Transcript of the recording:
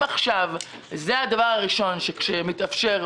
עכשיו זה הדבר הראשון שמורידים כשמתאפשר,